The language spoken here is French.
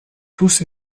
tous